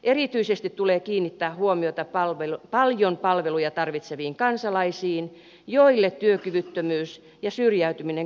erityisesti tulee kiinnittää huomiota paljon palveluja tarvitseviin kansalaisiin joille työkyvyttömyys ja syrjäytyminen kasautuvat